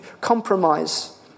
compromise